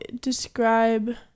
describe